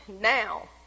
now